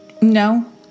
No